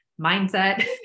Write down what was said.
mindset